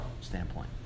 standpoint